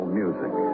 music